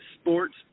sports